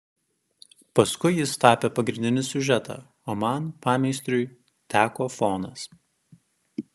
paskui jis tapė pagrindinį siužetą o man pameistriui teko fonas